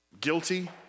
Guilty